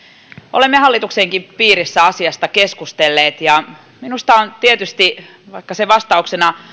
olemme hallituksenkin piirissä asiasta keskustelleet ja minusta tietysti vaikka se vastauksena